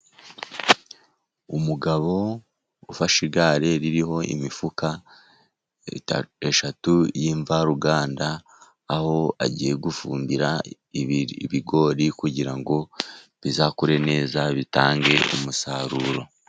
umugabo ufashe igare ririho imifuka eshatu y'imvaruganda, aho agiye gufumbira ibigori kugira ngo bizakure neza, bitange umusaruro.